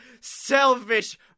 selfish